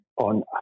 on